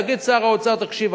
יגיד שר האוצר: תקשיב,